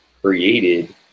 created